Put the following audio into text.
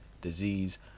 disease